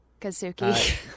Kazuki